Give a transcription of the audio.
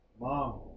Mom